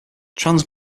trans